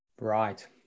Right